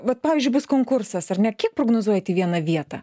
vat pavyzdžiui bus konkursas ar ne kiek prognozuojat į vieną vietą